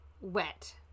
wet